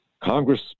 Congress